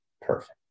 Perfect